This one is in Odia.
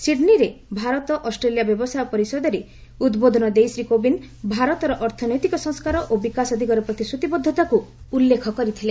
ସିଡ୍ନୀରେ ଭାରତ ଅଷ୍ଟ୍ରେଲିୟା ବ୍ୟବସାୟ ପରିଷଦରେ ଉଦ୍ବୋଧନ ଦେଇ ଶ୍ରୀ କୋବିନ୍ଦ୍ ଭାରତର ଅର୍ଥନୈତିକ ସଂସ୍କାର ଓ ବିକାଶ ଦିଗରେ ପ୍ରତିଶ୍ରତିବଦ୍ଧତାକୁ ଉଲ୍ଲେଖ କରିଥିଲେ